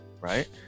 right